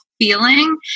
feeling